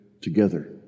together